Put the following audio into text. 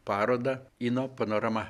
parodą inno panorama